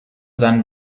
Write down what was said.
seinen